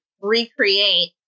recreate